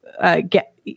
Get